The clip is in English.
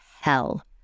hell